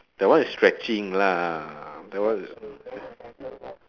that one is stretching lah that one